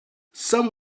some